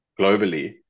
globally